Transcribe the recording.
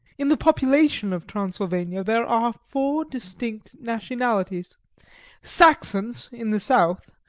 in the population of transylvania there are four distinct nationalities saxons in the south,